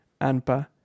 Anpa